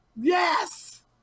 Yes